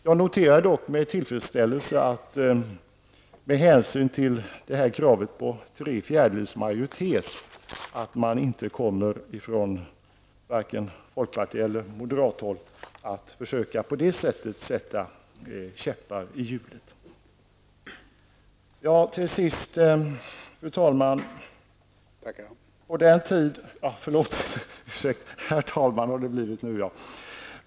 Jag noterar dock med tillfredsställelse att man från varken folkpartiet eller moderaterna kommer att försöka sätta käppar i hjulet med hänvisning till kravet på tre fjärdedels majoritet. Herr talman!